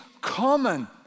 common